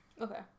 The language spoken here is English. Okay